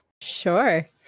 Sure